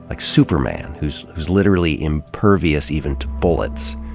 like superman, who's who's literally impervious even to bullets.